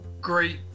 Great